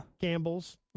Campbell's